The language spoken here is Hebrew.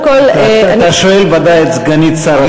אתה שואל ודאי את סגנית שר התחבורה,